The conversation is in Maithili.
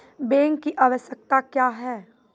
बैंक की आवश्यकता क्या हैं?